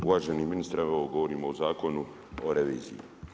Uvaženi ministre, evo govorimo o Zakonu o reviziji.